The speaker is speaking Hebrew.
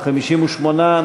58,